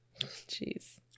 Jeez